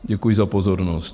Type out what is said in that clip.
Děkuji za pozornost.